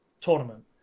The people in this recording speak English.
tournament